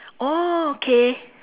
orh K